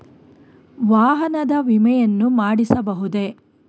ವಾಹನದ ವಿಮೆಯನ್ನು ಮಾಡಿಸಬಹುದೇ?